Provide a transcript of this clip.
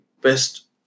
best